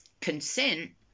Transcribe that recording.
consent